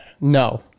no